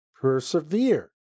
persevere